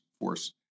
force